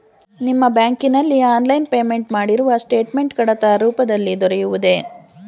ನಿಮ್ಮ ಬ್ಯಾಂಕಿನಲ್ಲಿ online payment ಮಾಡಿರುವ ಸ್ಟೇಟ್ಮೆಂಟ್ ಕಡತ ರೂಪದಲ್ಲಿ ದೊರೆಯುವುದೇ?